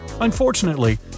Unfortunately